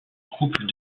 couple